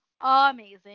amazing